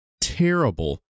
terrible